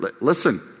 listen